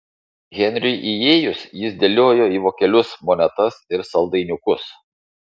henriui įėjus jis dėliojo į vokelius monetas ir saldainiukus